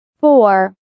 Four